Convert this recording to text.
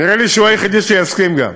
נראה לי שהוא היחידי שיסכים גם.